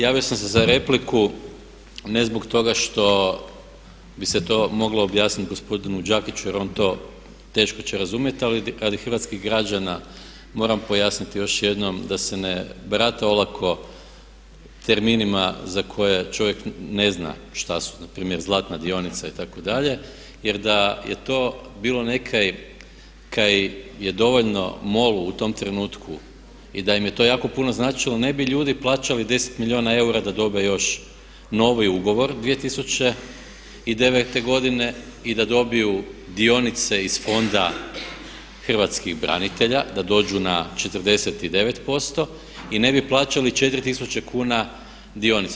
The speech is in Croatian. Javio sam se za repliku ne zbog toga što bi se to moglo objasniti gospodinu Đakiću jer on to teško će razumjeti, ali radi hrvatskih građana moram pojasniti još jednom da se ne barata olako terminima za koje čovjek ne zna šta su npr. zlatna dionica itd., jer da je to bilo nekaj kaj je dovoljno MOL-u u tom trenutku i da im je to jako puno značilo ne bi ljudi plaćali 10 milijuna eura da dobe još novi ugovor 2009. godine i da dobiju dionice iz Fonda hrvatskih branitelja da dođu na 49% i ne bi plaćali 4000 kuna dionice.